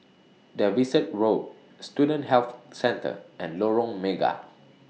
Davidson Road Student Health Centre and Lorong Mega